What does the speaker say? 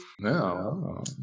No